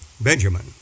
Benjamin